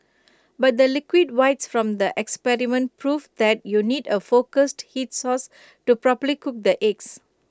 but the liquid whites from the experiment proved that you need A focused heat source to properly cook the eggs